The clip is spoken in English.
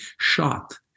shot